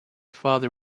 father